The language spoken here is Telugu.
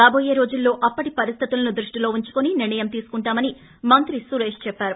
రాబోయే రోజుల్లో అప్పటి పరిస్థితులను దృష్టిలో ఉంచుకుని నిర్ణయం తీసుకుంటామని మంత్రి సురేష్ చెప్పారు